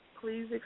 please